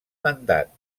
mandat